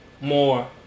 more